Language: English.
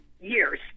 years